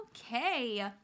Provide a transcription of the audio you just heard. Okay